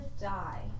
die